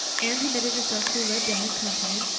anne permitted herself to be led down and comforted,